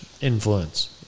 influence